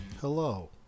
Hello